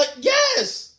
Yes